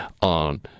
on